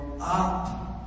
up